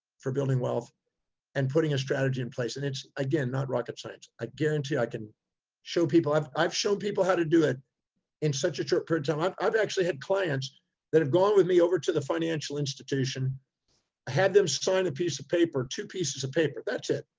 for building wealth and putting a strategy in place. and it's again, not rocket science. i guarantee i can show people. i've, i've shown people how to do it in such a short period time. i've actually had clients that have gone with me over to the financial institution. i had them sign a piece of paper, two pieces of paper, that's it,